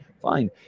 Fine